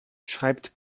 schreibt